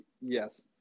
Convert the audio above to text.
Yes